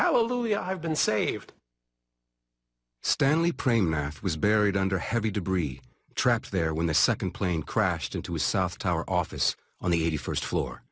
know i've been saved stanley pray math was buried under heavy debris trapped there when the second plane crashed into his south tower office on the eighty first floor